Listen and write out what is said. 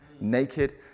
naked